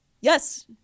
Yes